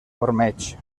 ormeig